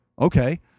Okay